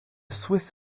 swiss